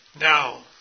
Now